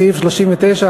סעיף 39,